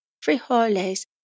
frijoles